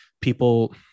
people